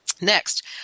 Next